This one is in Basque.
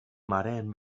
mareen